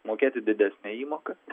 mokėti didesnę įmoką